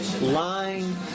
lying